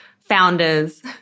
founders